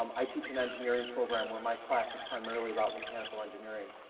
um i teach an engineering program where my class is primarily about mechanical engineering,